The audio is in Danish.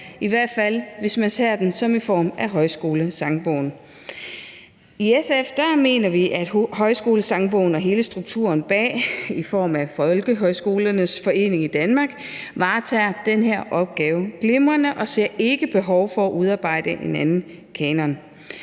i hvert fald hvis man ser den i form af Folkehøjskolens Sangbog. I SF mener vi, at Folkehøjskolens Sangbog og hele strukturen bag i form af Folkehøjskolernes Forening i Danmark varetager den her opgave glimrende, og vi ser ikke et behov for at udarbejde en anden kanon.